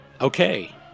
Okay